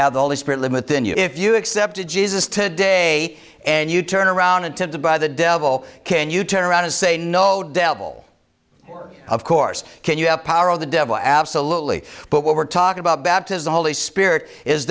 have all the spirit limit then you if you accepted jesus today and you turn around and tempted by the devil can you turn around and say no devil of course can you have power of the devil absolutely but what we're talking about baptism holy spirit is